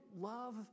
love